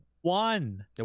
one